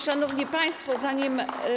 Szanowni państwo, zanim.